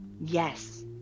yes